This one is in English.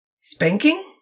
Spanking